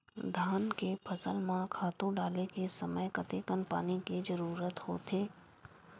धान के फसल म खातु डाले के समय कतेकन पानी के जरूरत होथे?